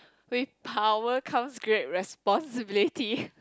with power comes great responsibility